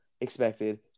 expected